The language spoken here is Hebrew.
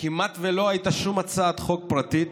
כמעט לא הייתה שום הצעת חוק פרטית